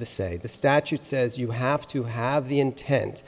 the say the statute says you have to have the inten